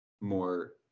more